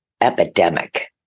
epidemic